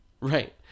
right